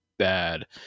bad